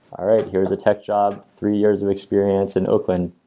all right, here is a tech job, three years of experience in oakland.